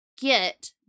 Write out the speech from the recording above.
get